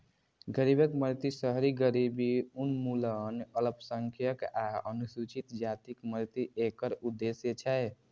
गरीबक मदति, शहरी गरीबी उन्मूलन, अल्पसंख्यक आ अनुसूचित जातिक मदति एकर उद्देश्य छै